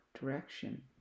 direction